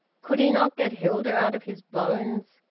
could he not get hilda out of his bones?